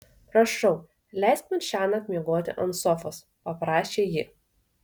prašau leisk man šiąnakt miegoti ant sofos paprašė ji